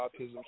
Autism